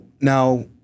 now